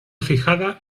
fijada